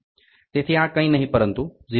તેથી આ કંઈ નહીં પરંતુ 0